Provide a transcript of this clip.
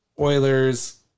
Oilers